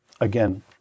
Again